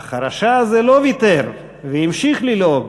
אך הרשע הזה לא ויתר והמשיך ללעוג.